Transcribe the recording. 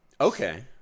okay